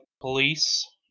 police